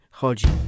chodzi